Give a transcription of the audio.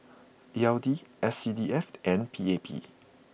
E L D S C D F and P A P